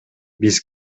биз